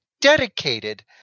dedicated